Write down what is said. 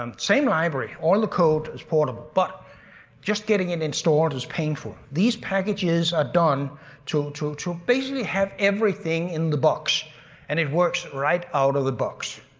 um same library, all the code is portable but just getting it installed is painful. these packages are done to to basically have everything in the box and it works right out of the box.